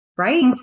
Right